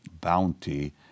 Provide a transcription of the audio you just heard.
bounty